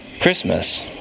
Christmas